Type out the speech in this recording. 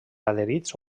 adherits